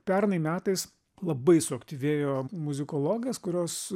pernai metais labai suaktyvėjo muzikologės kurios